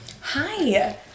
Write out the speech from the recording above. Hi